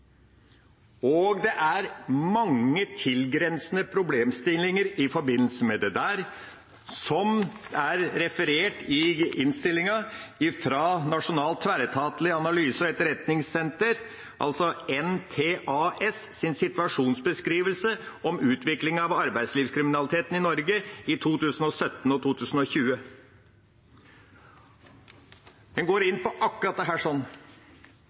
Det er mange tilgrensende problemstillinger i forbindelse med dette. I innstillinga er det referert til situasjonsbeskrivelsen til Nasjonalt tverretatlig analyse- og etterretningssenter, NTAES, om utviklingen av arbeidslivskriminalitet i Norge i 2017 og 2020. En går inn på akkurat